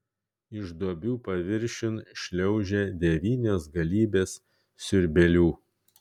iš duobių paviršiun šliaužia devynios galybės siurbėlių